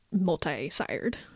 multi-sired